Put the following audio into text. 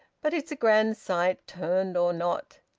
but it's a grand sight, turned or not!